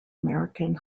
american